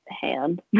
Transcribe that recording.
hand